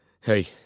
Hey